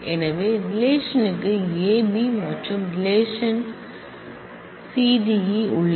எனவே ரிலேஷன்r க்கு A B மற்றும் ரிலேஷன்s க்கு C D E உள்ளது